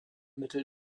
mittel